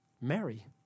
Mary